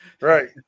right